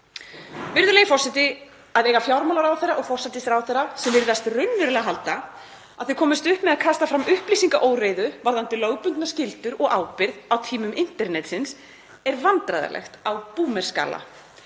Virðulegur forseti. Að eiga fjármálaráðherra og forsætisráðherra sem virðast raunverulega halda að þau komist upp með að kasta fram upplýsingaóreiðu varðandi lögbundnar skyldur og ábyrgð á tímum internetsins er vandræðalegt á „boomer“-skala,